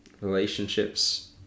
relationships